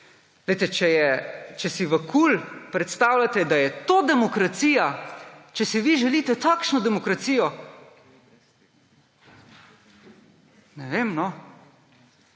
če si v KUL predstavljate, da je to demokracija, če si vi želite takšno demokracijo, ne vem, no.